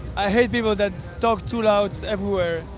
i hate people that talk too loud everywhere.